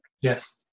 yes